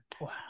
Wow